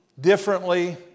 differently